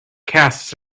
casts